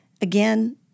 again